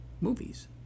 movies